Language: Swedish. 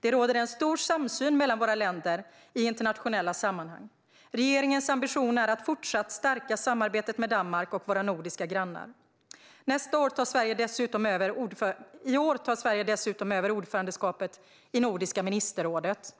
Det råder en stor samsyn mellan våra länder i internationella sammanhang. Regeringens ambition är att fortsatt stärka samarbetet med Danmark och våra nordiska grannar. I år tar Sverige dessutom över ordförandeskapet i Nordiska ministerrådet.